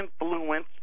influence